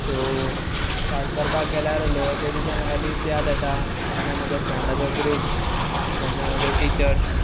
so start करपाक गेल्यार lower केजीतच्यान म्हाका दीस याद येता तेन्ना म्हज्या फ्रेडाचो ग्रुप तेन्ना म्हजे टिचर्स